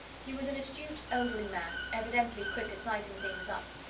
he was an astute, elderly man, evidently quick at sizing things up,